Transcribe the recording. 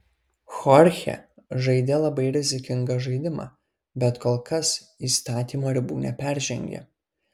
chorchė žaidė labai rizikingą žaidimą bet kol kas įstatymo ribų neperžengė